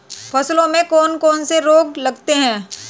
फसलों में कौन कौन से रोग लगते हैं?